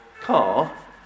car